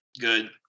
good